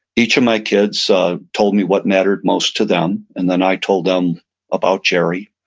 each of my kids told me what mattered most to them and then i told them about gerry.